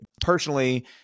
personally